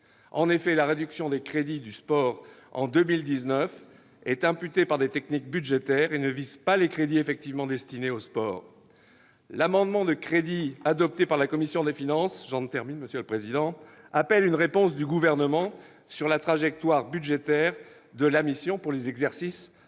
En effet, la réduction des crédits du sport en 2019 est imputée par des techniques budgétaires et ne vise pas les crédits effectivement destinés au sport. L'amendement de crédits adopté par la commission des finances appelle une réponse du Gouvernement sur la trajectoire budgétaire de la mission pour les exercices à venir.